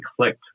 clicked